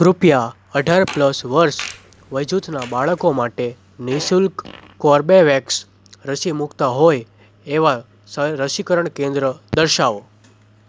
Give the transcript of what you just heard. કૃપયા અઢાર પ્લસ વર્ષ વયજૂથનાં બાળકો માટે નિઃશુલ્ક કોર્બેવેક્સ રસી મૂકતાં હોય એવાં રસીકરણ કેન્દ્ર દર્શાવો